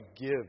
give